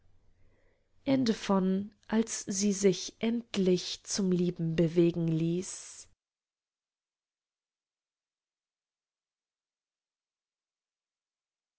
als sie sich endlich zum lieben bewegen ließ